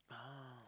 ah